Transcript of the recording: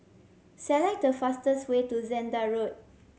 select the fastest way to Zehnder Road